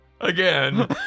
Again